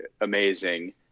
amazing